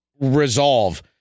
resolve